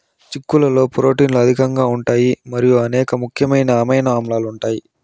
చిక్కుళ్లలో ప్రోటీన్లు అధికంగా ఉంటాయి మరియు అనేక ముఖ్యమైన అమైనో ఆమ్లాలు ఉంటాయి